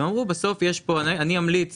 הם אמרו: אני אמליץ